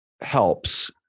helps